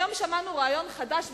היום שמענו רעיון חדש,